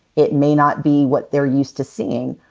it may not be what they're used to seeing,